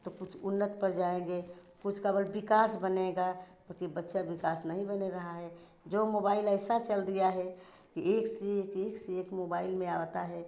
तो कुछ उन्नत पर जाएँगे कुछ का बोल विकास बनेगा क्योंकि बच्चा विकास नहीं बन रहा है जो मोबाइल ऐसा चल दिया है कि एक से एक एक से एक मोबाइल में आता है